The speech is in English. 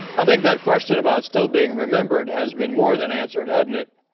i think that question about still being remembered has been more than answered adding it.